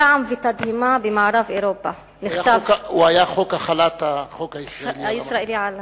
"זעם ותדהמה במערב אירופה" הוא היה חוק החלת החוק הישראלי על רמת-הגולן.